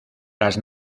las